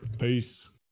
Peace